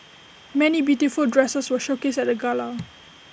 many beautiful dresses were showcased at the gala